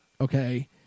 okay